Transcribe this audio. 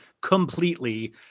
completely